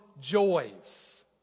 joys